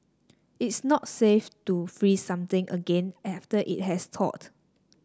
it's not safe to freeze something again after it has thawed